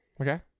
Okay